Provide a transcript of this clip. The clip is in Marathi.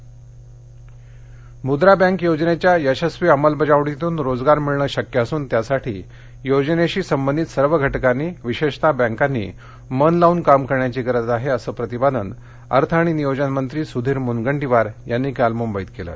मद्रा संमेलन मुद्रा बँक योजनेच्या यशस्वी अमलबजावणीतून रोजगार मिळणे शक्य असून त्यासाठी योजनेशी संबंधित सर्व घटकांनी विशेषत बँकांनी मन लावून काम करण्याची गरज आहे असं प्रतिपादन अर्थ आणि नियोजनमंत्री सुधीर मुनगंटीवार यांनी काल मुंबईत केलं